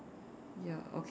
ya okay